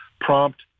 prompt